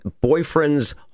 boyfriend's